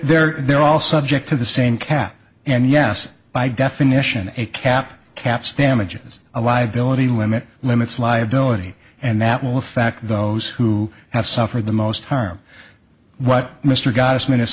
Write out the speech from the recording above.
they're they're all subject to the same cap and yes by definition a cap caps damages a liability limit limits liability and that will affect those who have suffered the most harm what mr g